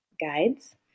guides